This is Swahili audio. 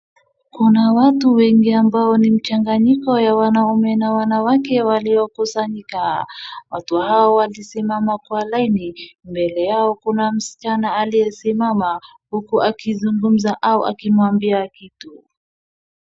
Kuna watu wengi ambao ni mchanganyiko ya wanaume na wanawake waliokusanyika. Watu hawa walisimama kwa laini. Mbele yao kuna msichana aliyesimama uku akizungumza au akimwambia kitu.